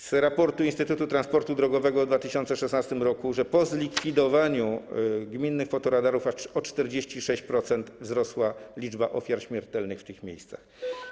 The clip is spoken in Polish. Z raportu instytutu transportu drogowego z 2016 r. wynika, że po zlikwidowaniu gminnych fotoradarów aż o 46% wzrosła liczba ofiar śmiertelnych w tych miejscach.